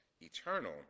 Eternal